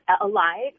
alive